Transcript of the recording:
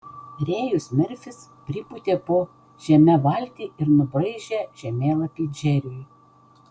rėjus merfis pripūtė po žeme valtį ir nubraižė žemėlapį džeriui